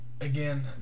again